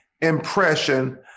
impression